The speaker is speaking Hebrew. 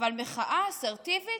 אבל מחאה אסרטיבית,